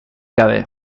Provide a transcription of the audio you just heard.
gabe